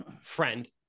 friend